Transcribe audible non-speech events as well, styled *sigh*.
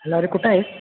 *unintelligible* कुठं आहे